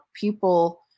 people